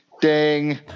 ding